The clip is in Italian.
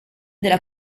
della